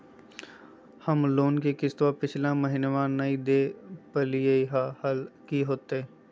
हम लोन के किस्तवा पिछला महिनवा नई दे दे पई लिए लिए हल, अब की होतई?